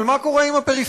אבל מה קורה עם הפריפריה?